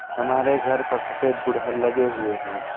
हमारे घर पर सफेद गुड़हल लगे हुए हैं